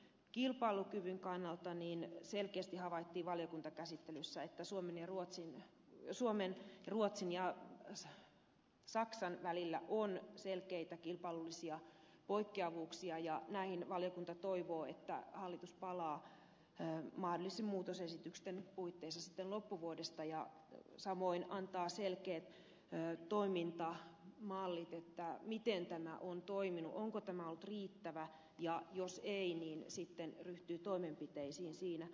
kilpailukyvyn kannalta selkeästi havaittiin valiokuntakäsittelyssä että suomen ruotsin ja saksan välillä on selkeitä kilpailullisia poikkeavuuksia ja näihin valiokunta toivoo että hallitus palaa mahdollisten muutosesitysten puitteissa sitten loppuvuodesta ja samoin antaa selkeät toimintamallit miten tämä on toiminut onko tämä ollut riittävä ja jos ei niin sitten ryhtyy toimenpiteisiin siinä